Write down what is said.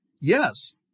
yes